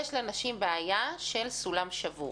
יש להן בעיה של סולם שבור.